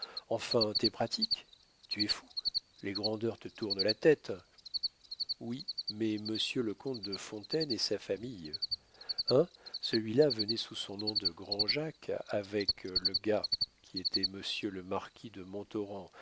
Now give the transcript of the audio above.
enfin tes pratiques tu es fou les grandeurs te tournent la tête oui mais monsieur le comte de fontaine et sa famille hein celui-là venait sous son nom de grand jacques avec le gars qui était monsieur le marquis de